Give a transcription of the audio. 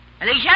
Alicia